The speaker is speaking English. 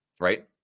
right